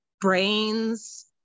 brains